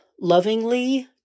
lovingly